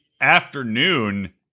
afternoon